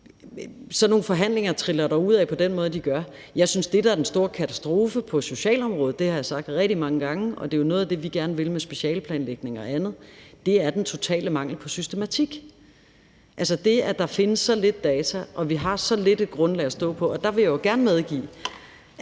sådan nogle forhandlinger triller derudad på den måde, de gør. Jeg synes, at det, der er den store katastrofe på socialområdet – det har jeg sagt rigtig mange gange, og det er jo noget af det, vi gerne vil med specialeplanlægningen og andet – er den totale mangel på systematik, altså det, at der findes så lidt data, og at vi har så lille et grundlag at stå på. Og der vil jeg jo gerne medgive,